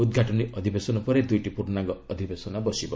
ଉଦ୍ଘାଟନୀ ଅଧିବେଶନ ପରେ ଦ୍ରଇଟି ପର୍ଷ୍ଣାଙ୍ଗ ଅଧିବେଶନ ବସିବ